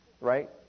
right